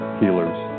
healers